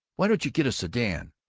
why don't you get a sedan?